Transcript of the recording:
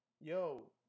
yo